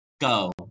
Go